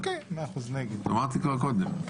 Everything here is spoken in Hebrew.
אמרתי כבר קודם.